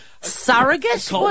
surrogate